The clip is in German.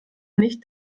nicht